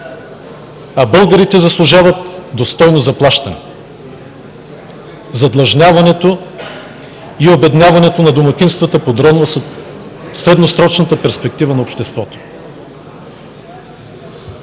а българите заслужват достойно заплащане. Задлъжняването и обедняването на домакинствата подронва средносрочната перспектива на обществото.